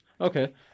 Okay